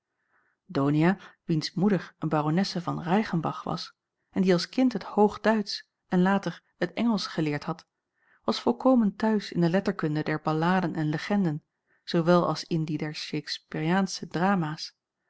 donia wiens moeder een baronesse von reichenbach was en die als kind het hoogduitsch en later het engelsch geleerd had was volkomen t'huis in de letterkunde der balladen en legenden zoowel als in die der shaksperiaansche dramaas